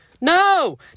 No